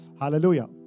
Hallelujah